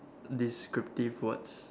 descriptive words